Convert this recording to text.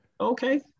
Okay